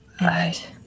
Right